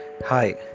Hi